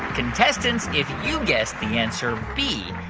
contestants, if you guessed the answer b,